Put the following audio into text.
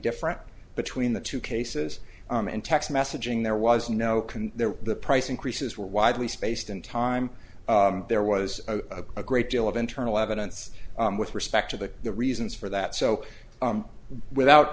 different between the two cases and text messaging there was no can there the price increases were widely spaced in time there was a a great deal of internal evidence with respect to the the reasons for that so without